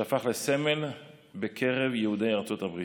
שהפך לסמל בקרב יהודי ארצות הברית.